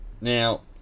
now